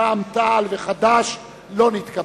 רע"ם-תע"ל וחד"ש לא נתקבלה.